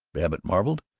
babbitt marveled,